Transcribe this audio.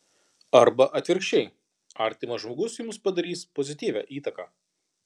arba atvirkščiai artimas žmogus jums padarys pozityvią įtaką